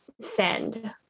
send